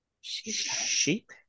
sheep